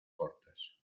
cortas